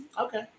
Okay